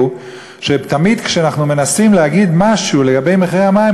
שתמיד כשאנחנו מנסים להגיד משהו על מחירי המים,